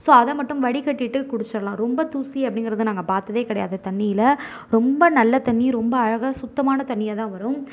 so அதை மட்டும் வடிகட்டிட்டு குடிச்சிலாம் ரொம்ப தூசி அப்படிங்குறது நாங்கள் பார்த்ததே கிடையாது தண்ணியில் ரொம்ப நல்ல தண்ணி ரொம்ப அழகாக சுத்தமான தண்ணியாகதான் வரும்